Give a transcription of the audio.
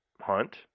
hunt